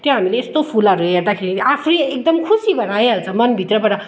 त्यो हामीले यस्तो फुलहरू हेर्दाखेरि आफै एकदम खुसी भएर आइहाल्छ मन भित्रबबाट